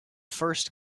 first